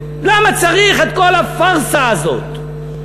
למה צריך את כל הפארסה הזאת?